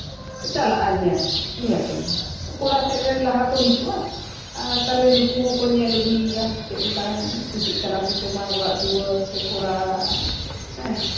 ᱪᱟᱞᱟᱜᱼᱟ ᱧᱮᱞ ᱧᱮᱯᱮᱞ ᱠᱚᱲᱟ ᱥᱮᱫ ᱨᱮᱱ ᱞᱟᱦᱟ ᱠᱚ ᱦᱤᱡᱩᱜᱼᱟ ᱟᱨ ᱛᱟᱦᱞᱮ ᱱᱩᱠᱩ ᱦᱚᱸᱠᱚ ᱧᱮᱞ ᱟᱜᱩᱭᱮᱭᱟ ᱪᱮᱫ ᱞᱮᱠᱟ ᱠᱩᱥᱤᱜ ᱠᱟᱱᱟ ᱠᱚ ᱥᱮ ᱵᱟᱝ ᱚᱲᱟᱜ ᱫᱩᱣᱟᱹᱨ ᱥᱮ ᱠᱚᱲᱟ ᱦᱮᱸ